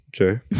okay